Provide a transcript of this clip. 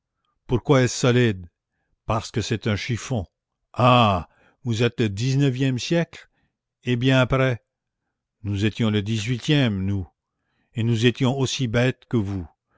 pourquoi est-ce solide parce que c'est un chiffon ah vous êtes le dix-neuvième siècle eh bien après nous étions le dix-huitième nous et nous étions aussi bêtes que vous